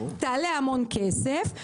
תעלה המון כסף.